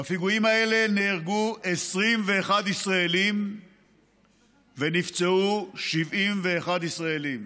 בפיגועים האלה נהרגו 21 ישראלים ונפצעו 71 ישראלים.